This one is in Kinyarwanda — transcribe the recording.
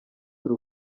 dore